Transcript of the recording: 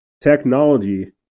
technology